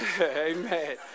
Amen